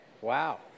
wow